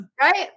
right